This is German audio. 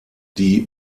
die